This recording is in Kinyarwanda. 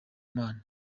mana